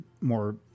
more